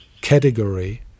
category